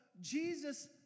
Jesus